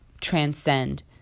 transcend